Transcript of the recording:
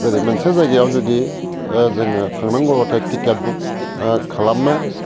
जेरै मोनसे जायगायाव जुदि ओ जोङो थांनांगौब्लाथाय टिकेट बुक ओ खालामनो